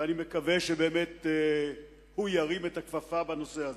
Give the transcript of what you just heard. ואני מקווה שבאמת הוא ירים את הכפפה בנושא.